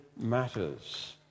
matters